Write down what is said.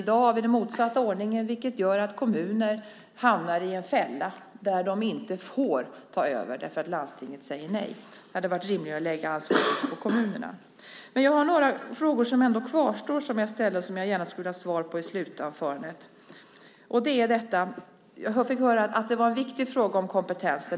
I dag har vi den motsatta ordningen, vilket gör att kommuner hamnar i en fälla. De får inte ta över därför att landstinget säger nej. Det hade varit rimligare att lägga ansvaret på kommunerna. Några av de frågor som jag ställt kvarstår - frågor som jag gärna skulle vilja ha svar på i ministerns slutinlägg. Jag fick höra att kompetensen är en viktig fråga.